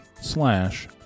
slash